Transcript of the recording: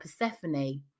Persephone